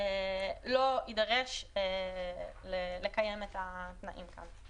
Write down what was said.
לא יידרש לקיים את התנאים כאן.